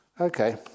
Okay